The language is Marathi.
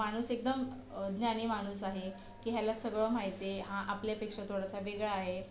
माणूस एकदम ज्ञानी माणूस आहे की ह्याला सगळं माहीत आहे हा आपल्यापेक्षा थोडासा वेगळा आहे